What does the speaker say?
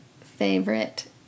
favorite